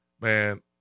man